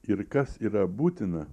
ir kas yra būtina